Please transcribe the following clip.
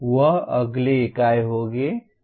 वह अगली इकाई होगी